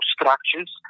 structures